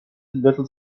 little